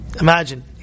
Imagine